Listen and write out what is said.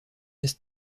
est